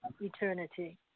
eternity